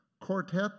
quartet